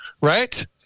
Right